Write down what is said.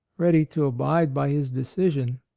ready to abide by his decision.